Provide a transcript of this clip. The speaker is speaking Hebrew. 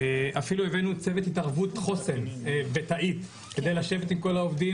אפילו הבאנו צוות התערבות חוסן בתאית כדי לשבת עם כל העובדים